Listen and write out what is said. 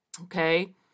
okay